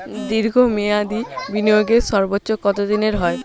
দীর্ঘ মেয়াদি বিনিয়োগের সর্বোচ্চ কত দিনের হয়?